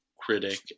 critic